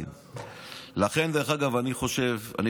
אז עד אז לא היינו דמוקרטיים.